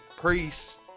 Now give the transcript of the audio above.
priests